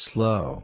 Slow